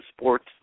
sports